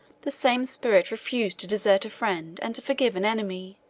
the same spirit refused to desert a friend and to forgive an enemy